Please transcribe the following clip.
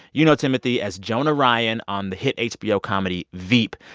you know timothy as jonah ryan on the hit hbo comedy veep.